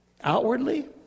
Outwardly